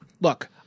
Look